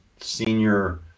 senior